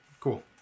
Cool